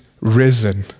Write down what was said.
risen